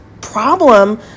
problem